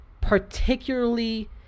particularly